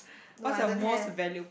no I don't have